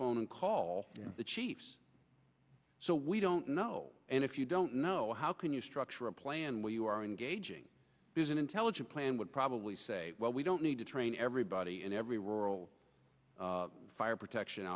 phone and call the chiefs so we don't know and if you don't know how can you structure a plan where you are engaging is an intelligent plan would probably say well we don't need to train everybody in every rural fire protection